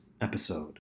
episode